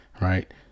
Right